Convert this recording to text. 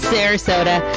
Sarasota